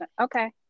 okay